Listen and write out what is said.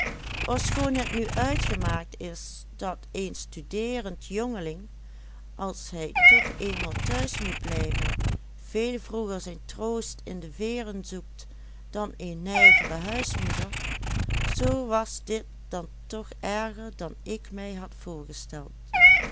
toch eenmaal thuis moet blijven veel vroeger zijn troost in de veeren zoekt dan een nijvere huismoeder zoo was dit dan toch erger dan ik mij had voorgesteld